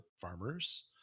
farmers